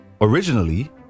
originally